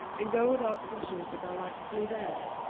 and go without pleasures that are rightfully theirs?